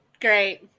Great